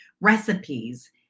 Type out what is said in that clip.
recipes